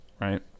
right